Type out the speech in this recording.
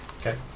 Okay